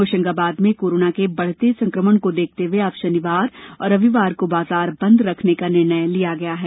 होशंगाबाद में कोरोना के बढ़ते संकमण को देखते हुए अब शनिवार और रविवार को बाजार बंद रखने का निर्णय लिया गया है